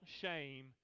shame